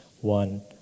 one